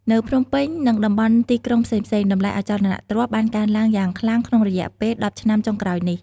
នៅភ្នំពេញ និងតំបន់ទីក្រុងផ្សេងៗ តម្លៃអចលនទ្រព្យបានកើនឡើងយ៉ាងខ្លាំងក្នុងរយៈពេលដប់ឆ្នាំចុងក្រោយនេះ។